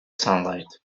sunlight